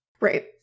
right